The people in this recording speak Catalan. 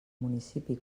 municipi